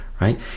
right